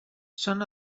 són